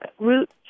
route